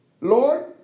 Lord